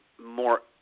more